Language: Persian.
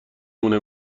مونه